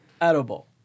edible